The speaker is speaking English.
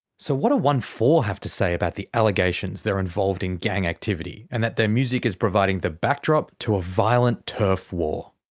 so what do onefour have to say about the allegations they're involved in gang activity, and that their music is providing the backdrop to a violent turf war?